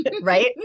right